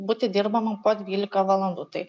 būti dirbama po dvylika valandų tai